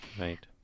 right